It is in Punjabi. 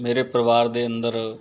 ਮੇਰੇ ਪਰਿਵਾਰ ਦੇ ਅੰਦਰ